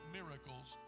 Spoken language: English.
miracles